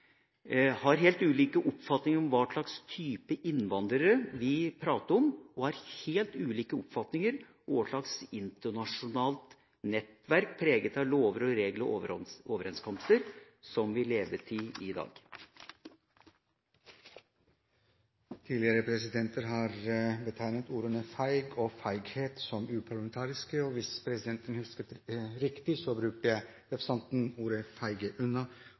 har helt ulike oppfatninger av virkeligheten her, av hva som skjer ute i samfunnet vårt, av hva slags type innvandrere vi prater om, og av hva slags internasjonalt nettverk preget av lover, regler og overenskomster som vi lever etter i dag. Tidligere presidenter har betegnet ordene «feig» og «feighet» som uparlamentariske. Hvis presidenten husker riktig, brukte representanten utrykket «feige unna».